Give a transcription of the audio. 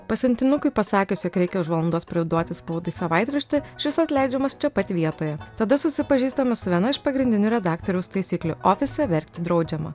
pasiuntinukui pasakius jog reikia už valandos priduoti spaudai savaitraštį šis atleidžiamas čia pat vietoje tada susipažįstam su viena iš pagrindinių redaktoriaus taisyklių ofise verkti draudžiama